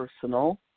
personal